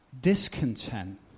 discontent